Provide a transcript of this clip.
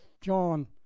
John